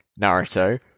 Naruto